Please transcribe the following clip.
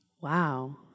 wow